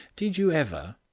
did you ever,